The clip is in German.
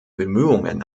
bemühungen